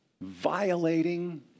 violating